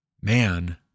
man